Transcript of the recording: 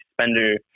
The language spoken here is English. spender